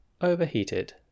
Overheated